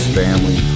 family